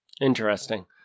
Interesting